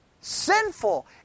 sinful